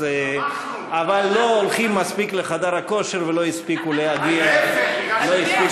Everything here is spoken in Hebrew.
אבל לא הולכים מספיק לחדר הכושר ולא הספיקו להגיע למקומות.